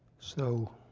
so,